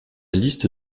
liste